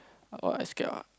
what what I scared ah